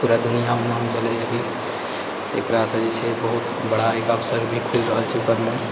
पूरा दुनिआमे नाम भेलै अभी एकरासँ जे छै बहुत बड़ा एक अवसर भी खुलि रहल छै ओकरालए